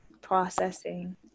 processing